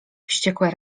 wściekłe